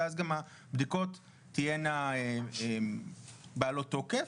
ואז גם הבדיקות תהיינה בעלות תוקף,